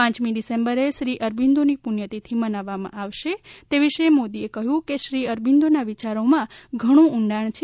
પાંચમી ડીસેમ્બરે શ્રી અરવિંદોની પુણ્યતીથી મનાવવામાં આવશે તે વિશે શ્રી મોદીએ કહ્યું કે શ્રી અરવિંદોના વિયારોમાં ઘણુ ઉંડાણ છે